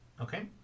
Okay